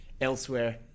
elsewhere